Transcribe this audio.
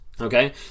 okay